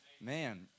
Man